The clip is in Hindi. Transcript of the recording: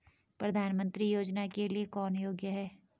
प्रधानमंत्री योजना के लिए कौन योग्य है?